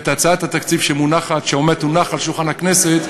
ואת הצעת התקציב שתונח עוד מעט על שולחן הכנסת,